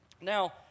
now